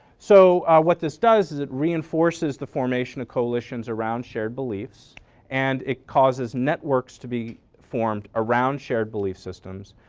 so what this does is it reinforces the formation of coalitions around shared beliefs and it causes networks to be formed around shared belief systems.